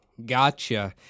Gotcha